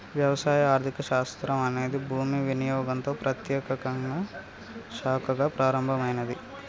వ్యవసాయ ఆర్థిక శాస్త్రం అనేది భూమి వినియోగంతో ప్రత్యేకంగా శాఖగా ప్రారంభమైనాది